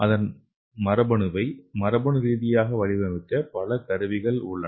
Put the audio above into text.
அதன் மரபணுவை மரபணு ரீதியாக வடிவமைக்க பல கருவிகள் உள்ளன